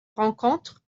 rencontre